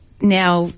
now